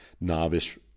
novice